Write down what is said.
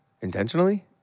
Intentionally